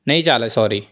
નહિ ચાલે સોરી